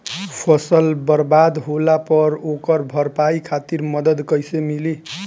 फसल बर्बाद होला पर ओकर भरपाई खातिर मदद कइसे मिली?